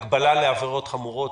הגבלה לעבירות חמורות,